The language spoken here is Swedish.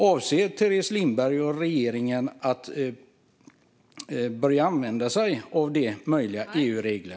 Avser Teres Lindberg och regeringen att börja använda sig av dessa möjliga EU-regler?